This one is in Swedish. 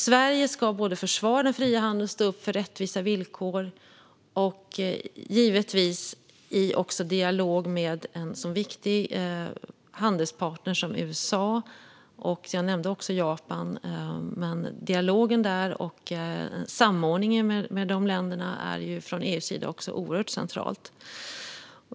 Sverige ska både försvara frihandeln och stå upp för rättvisa villkor, givetvis också i dialog med en så viktig handelspartner som USA - jag nämnde också Japan. Samordningen med dessa länder är ju från EU:s sida oerhört central.